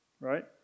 right